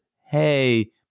Hey